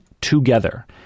together